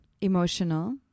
emotional